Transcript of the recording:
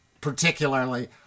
particularly